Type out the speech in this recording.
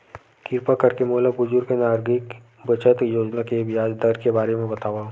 किरपा करके मोला बुजुर्ग नागरिक बचत योजना के ब्याज दर के बारे मा बतावव